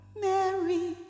Mary